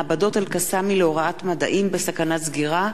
מעבדות אלקאסמי להוראת מדעים בסכנת סגירה,